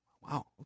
Wow